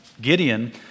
Gideon